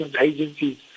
agencies